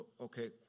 Okay